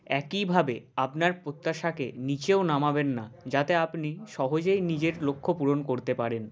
একইভাবে আপনার প্রত্যাশাকে নিচেও নামাবেন না যাতে আপনি সহজেই নিজের লক্ষ্য পূরণ করতে পারেন